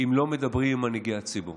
אם לא מדברים עם מנהיגי הציבור